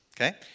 Okay